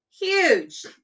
huge